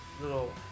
Little